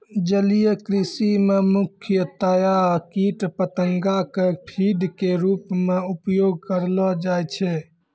जलीय कृषि मॅ मुख्यतया कीट पतंगा कॅ फीड के रूप मॅ उपयोग करलो जाय छै